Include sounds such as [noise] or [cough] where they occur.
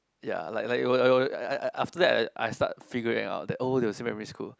ya like like [noise] [noise] after that I I start figuring out that oh they were same primary school